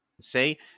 see